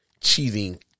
cheating